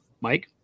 Mike